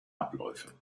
abläufe